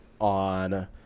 on